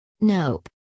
Nope